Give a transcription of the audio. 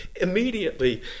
immediately